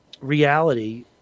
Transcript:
reality